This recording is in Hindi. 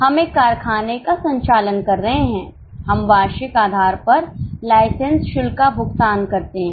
हम एक कारखाने का संचालन कर रहे हैं हम वार्षिक आधार पर लाइसेंस शुल्क का भुगतान करते हैं